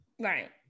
right